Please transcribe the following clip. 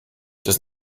does